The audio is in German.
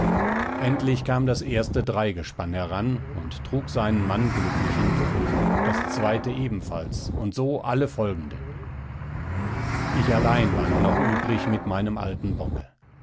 endlich kam das erste dreigespann heran und trug seinen mann glücklich hindurch das zweite gleichfalls und so alle folgenden ich allein war nur noch übrig mit meinem alten bocke